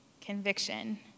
conviction